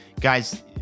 guys